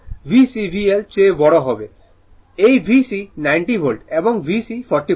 সুতরাং VC VL চেয়ে বড় হবে এই VC 90 ভোল্ট এবং VC 40 ভোল্ট